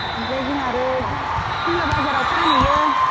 ओमफ्राय जोंहा आरो सिमला बाजाराव फानहैयो